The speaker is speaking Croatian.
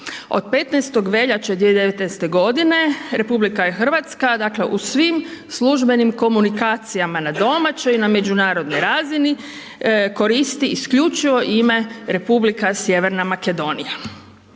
Od 15. veljače 2019.g. RH je, dakle, u svim službenim komunikacijama, na domaćoj i na međunarodnoj razini koristi isključivo ime Republika sjeverna Makedonija.